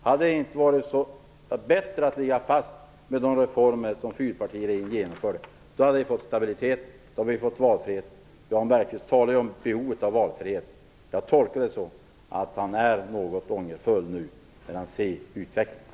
Hade det inte varit bättre att låta de reformer som fyrpartiregeringen genomförde ligga fast? Då hade vi fått stabilitet och valfrihet. Jan Bergqvist talade ju om behovet av valfrihet. Jag tolkar det så att han är något ångerfull när han nu ser utvecklingen.